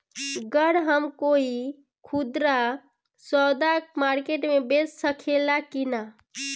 गर हम कोई खुदरा सवदा मारकेट मे बेच सखेला कि न?